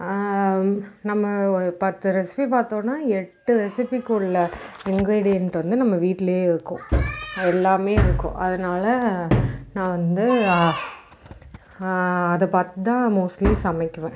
நம்ம பத்து ரெசிப்பி பார்த்தோன்னா எட்டு ரெசிப்பிக்குள்ள இன்க்ரீடியன்ட் வந்து நம்ம வீட்டிலே இருக்கும் எல்லாமே இருக்கும் அதனால் நான் வந்து அதை பார்த்துதான் மோஸ்ட்லி சமைக்குவேன்